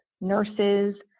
nurses